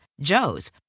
Joe's